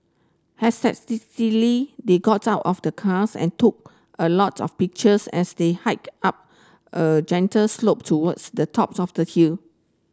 they got out of the cars and took a lot of pictures as they hiked up a gentle slope towards the top of the hill